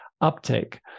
uptake